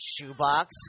Shoebox